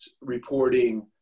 reporting